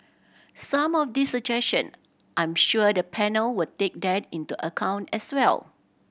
some of these suggestion I'm sure the panel will take that into account as well